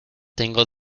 tengo